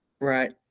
Right